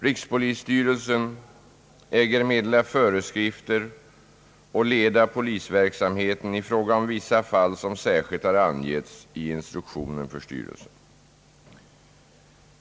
Rikspolisstyrelsen äger meddela föreskrifter och leda polisverksamheten i fråga om vissa fall som särskilt har angetts i instruktionen för styrelsen.